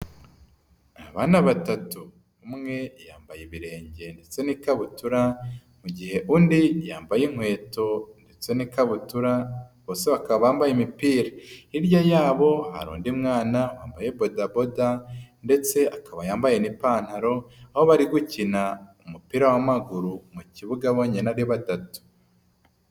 Abana batatu, umwe yambaye ibirenge ndetse n'ikabutura mu gihe undi yambaye inkweto ndetse n'ikabutura, bose baka bambaye imipira, hirya yabo hari undi mwana wambaye bodaboda ndetse akaba yambaye n'ipantaro aho bari gukina umupira w'amaguru mu kibuga bonyine ari batatu.